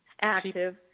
active